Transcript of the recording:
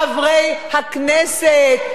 חברי הכנסת,